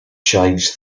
changed